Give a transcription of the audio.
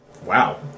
Wow